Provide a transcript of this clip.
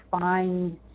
Find